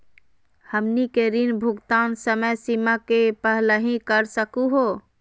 हमनी के ऋण भुगतान समय सीमा के पहलही कर सकू हो?